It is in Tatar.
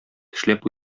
тешләп